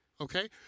okay